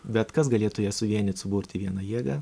bet kas galėtų jas suvienyt suburt įvieną jėgą